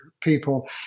people